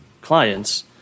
clients